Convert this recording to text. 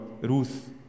Ruth